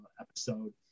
episode